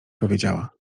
powiedziała